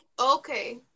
Okay